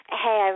hey